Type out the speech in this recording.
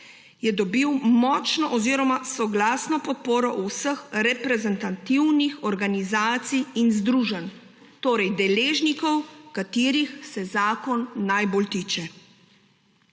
je dobil močno oziroma soglasno podporo vseh reprezentativnih organizacij in združenj, torej deležnikov, katerih se zakon najbolj tiče.